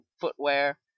footwear